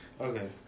Okay